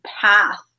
path